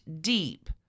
deep